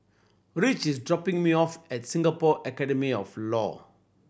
Rich is dropping me off at Singapore Academy of Law